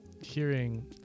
hearing